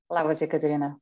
labas jekaterina